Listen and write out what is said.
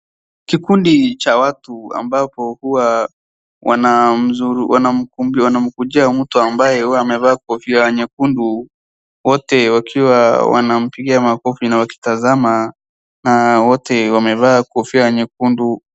Kikundi cha watu ambapo huwa wanamkujia mtu ambaye huwa amevaa kofia nyekundu. Wote wakiwa wanampigia makofi na wakitazama na wote wamevaa kofia nyekundu.